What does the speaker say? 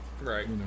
Right